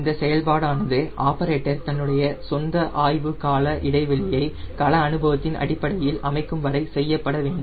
இந்த செயல்பாடானது ஆப்பரேட்டர் தன்னுடைய சொந்த ஆய்வு கால இடைவெளியை கள அனுபவத்தின் அடிப்படையில் அமைக்கும் வரை செய்யப்பட வேண்டும்